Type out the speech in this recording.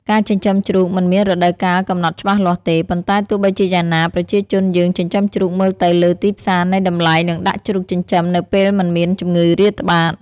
ការចិញ្ចឹមជ្រូកមិនមានរដូវកាលកំណត់ច្បាស់លាស់ទេ ប៉ុន្តែទោះបីជាយ៉ាងណាប្រជាជនយើងចិញ្ចឹមជ្រូកមើលទៅលើទីផ្សារនៃតម្លៃ និងដាក់ជ្រូកចិញ្ចឹមនៅពេលមិនមានជំងឺរាតត្បាត។